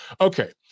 Okay